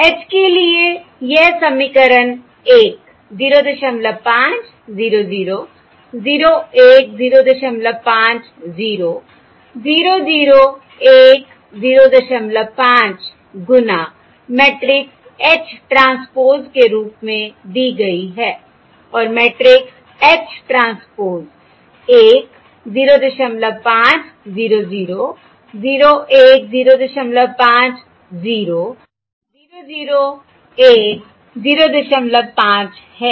H के लिए यह समीकरण 1 05 0 0 0 1 05 0 0 0 1 05 गुना मैट्रिक्स H ट्रांसपोज़ के रूप में दी गई है और मैट्रिक्स H ट्रांसपोज़ 1 05 0 0 0 1 05 0 00 1 05 है